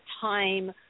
time